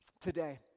today